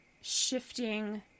shifting